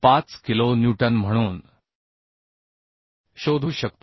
15 kilo newton म्हणून शोधू शकतो